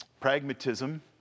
Pragmatism